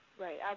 right